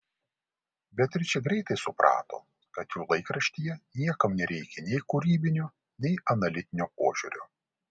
beatričė greitai suprato kad jų laikraštyje niekam nereikia nei kūrybinio nei analitinio požiūrio